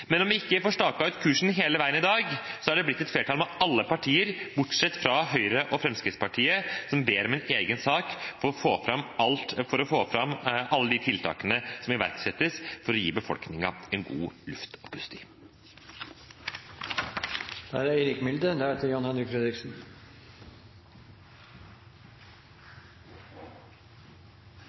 Men om vi ikke får staket ut kursen hele veien i dag, er det blitt et flertall med alle partier, bortsett fra Høyre og Fremskrittspartiet, som ber om en egen sak for å få fram alle de tiltakene som må iverksettes for å gi befolkningen en god luft å puste i. Bakgrunnen for representantforslaget vi skal behandle i dag, er